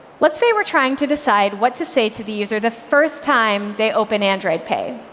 let's say we're trying to decide what to say to the user the first time they open android pay.